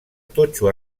totxo